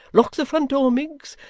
lock the front-door, miggs,